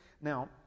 Now